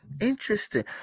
Interesting